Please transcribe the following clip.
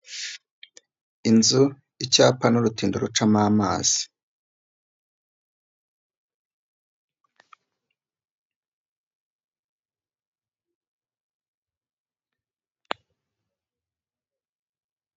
Inzu icyapa n'urutindo rucamo amazi.